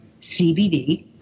CBD